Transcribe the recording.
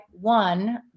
one